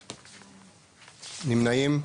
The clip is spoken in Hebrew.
נמנעים?